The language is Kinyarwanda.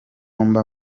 mba